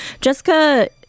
Jessica